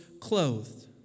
clothed